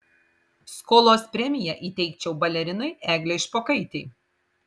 skolos premiją įteikčiau balerinai eglei špokaitei